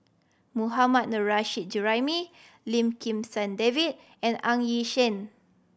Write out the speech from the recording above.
Mohammad Nurrasyid Juraimi Lim Kim San David and Ng Yi Sheng